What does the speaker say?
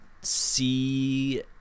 see